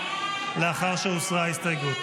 לאחר שהוסרה ההסתייגות.